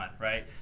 right